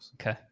Okay